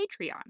Patreon